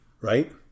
Right